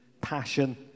passion